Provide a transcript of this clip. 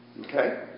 Okay